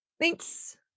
thanks